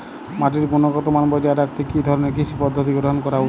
মাটির গুনগতমান বজায় রাখতে কি ধরনের কৃষি পদ্ধতি গ্রহন করা উচিৎ?